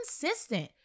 consistent